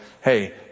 hey